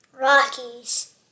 Rockies